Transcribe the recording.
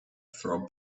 throw